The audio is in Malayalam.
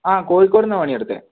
അ കോഴിക്കോടിന്നാണ് പണിയെടുത്തത്